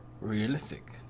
realistic